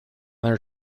their